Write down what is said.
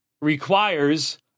requires